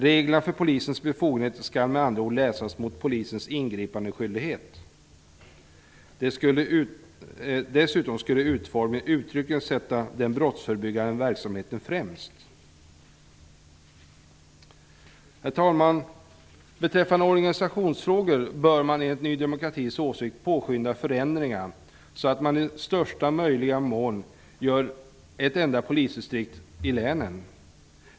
Reglerna för polisens befogenheter skall med andra ord läsas mot polisens ingripandeskyldighet. Dessutom skulle utformningen uttryckligen sätta den brottsförebyggande verksamheten främst. Herr talman! Beträffande organisationsfrågor bör man enligt Ny demokratis åsikt påskynda förändringar så att man i största möjliga mån gör ett enda polisdistrikt av ett län.